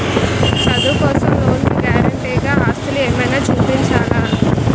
చదువు కోసం లోన్ కి గారంటే గా ఆస్తులు ఏమైనా చూపించాలా?